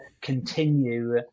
continue